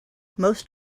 most